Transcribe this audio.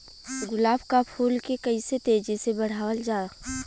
गुलाब क फूल के कइसे तेजी से बढ़ावल जा?